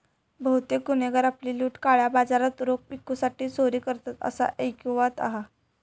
बहुतेक गुन्हेगार आपली लूट काळ्या बाजारात रोख विकूसाठी चोरी करतत, असा ऐकिवात हा